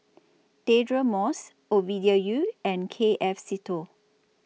Deirdre Moss Ovidia Yu and K F Seetoh